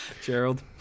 Gerald